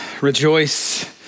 rejoice